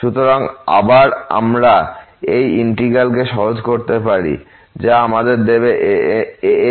সুতরাং আমরা আবার এই ইন্টিগ্র্যাল কে সহজ করতে পারি যা আমাদের দেবে an